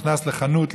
נכנס לחנות,